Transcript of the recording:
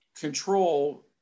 control